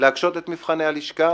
להקשות את מבחני הלשכה,